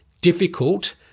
difficult